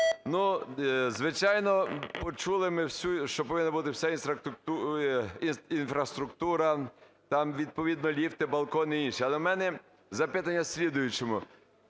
Звичайно, почули ми все, що повинно бути, вся інфраструктура, там, відповідно, ліфти, балкони і інше. Але в мене запитання в слідуючому.